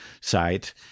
site